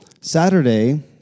Saturday